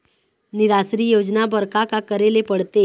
निराश्री योजना बर का का करे ले पड़ते?